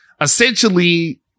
essentially